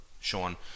sean